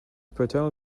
paternal